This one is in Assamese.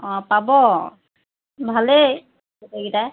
অঁ পাব ভালেই এইকেইটা